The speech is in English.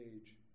age